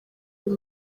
uyu